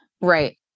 Right